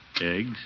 eggs